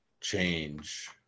change